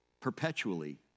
perpetually